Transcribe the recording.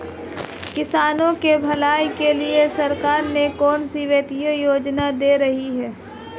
किसानों की भलाई के लिए सरकार कौनसी वित्तीय योजना दे रही है?